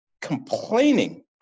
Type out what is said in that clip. complaining